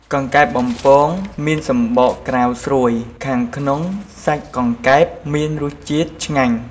កង្កែបបំពងមានសំបកក្រៅស្រួយ ខាងក្នុងសាច់កង្កែបមានរសជាតិឆ្ងាញ់។